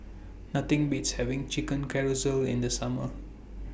Nothing Beats having Chicken Casserole in The Summer